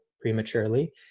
prematurely